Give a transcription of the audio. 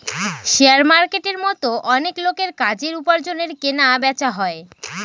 share মার্কেটের মতো অনেক লোকের কাজের, উপার্জনের কেনা বেচা হয়